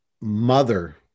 mother